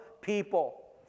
people